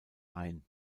ein